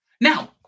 Now